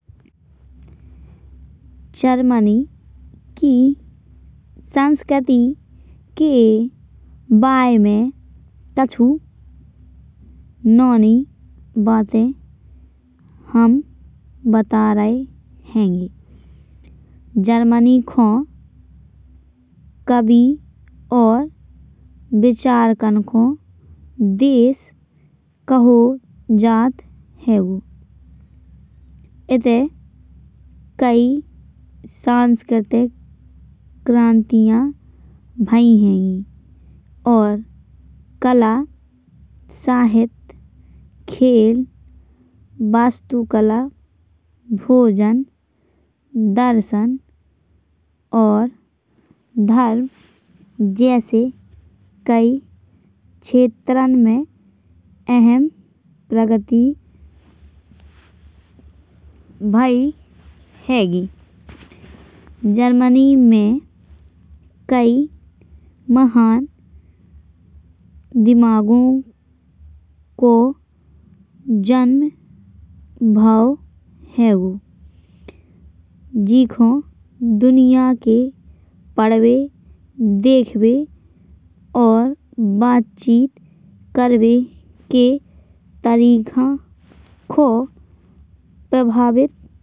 जर्मनी की संस्कृति के बारे मे कछु नौंनी बातें हम बता रहे हैंगे। जर्मनी खो कवि और विचारकन को देश कहो जात हैंगो। इते कई सांस्कृतिक क्रांतिया भई हैंगी। और कला साहित्य खेल वास्तु कला भोजन दर्शन। और धर्म जैसे कई क्षेत्रों में अहम प्रगति भई हैंगी। जर्मनी में कई महान दिमागो को जन्म भयो हैंगो। जीखो दुनिया के पढ़वे देखवे और बातचीत करबे के तरीका को प्रभावित।